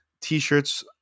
t-shirts